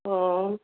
অ'